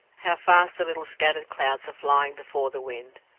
how fast the little scattered clouds are flying before the wind!